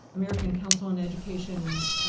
american council and education's,